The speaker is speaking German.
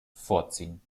vorziehen